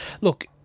Look